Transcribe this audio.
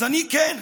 אז אני כן.